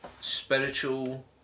spiritual